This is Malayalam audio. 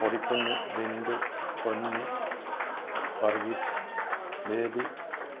പൊടിക്കുഞ്ഞ് ബിന്ദു പൊന്നി വർഗീസ് ബേബി